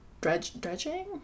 dredging